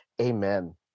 Amen